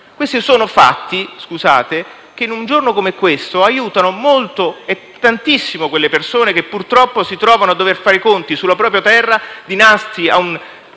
Questi sono fatti, colleghi, che in un giorno come questo aiutano tantissimo quelle persone che, purtroppo, si trovano a dover fare i conti sulla propria terra di un